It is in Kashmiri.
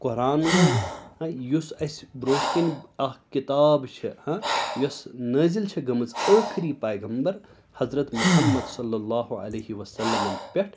قۅران گوٚو ٲں یُس اسہِ برٛونٛٹھ کٔنۍ اَکھ کِتاب چھِ یۅس نٲزِل چھِ گٔمٕژ ٲخری پیغمبر حضرت محمد صلۍ اللہُ علیہِ وَسَلَمَن پٮ۪ٹھ